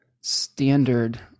standard